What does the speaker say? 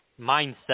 mindset